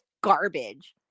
garbage